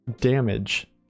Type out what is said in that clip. damage